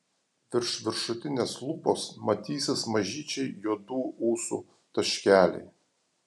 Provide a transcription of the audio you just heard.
virš viršutinės lūpos matysis mažyčiai juodų ūsų taškeliai